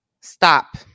Stop